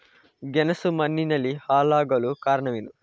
ಗೆಣಸು ಮಣ್ಣಿನಲ್ಲಿ ಹಾಳಾಗಲು ಕಾರಣವೇನು?